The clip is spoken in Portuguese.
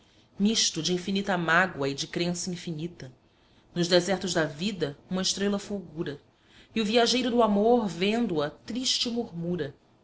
misto de infinita mágoa e de crença infinita nos desertos da vida uma estrela fulgura e o viajeiro do amor vendo-a triste murmura